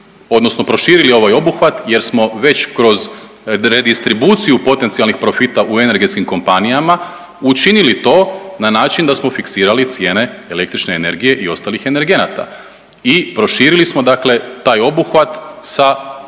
odnosno proširili ovaj obuhvat jer smo već kroz redistribuciju potencijalnih profita u energetskim kompanijama učinili to na način da smo fiksirali cijene električne energije i ostalih energenata i proširili smo dakle taj obuhvat sa